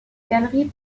galerie